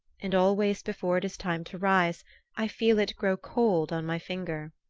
and always before it is time to rise i feel it grow cold on my finger.